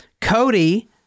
Cody